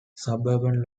suburban